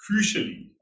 crucially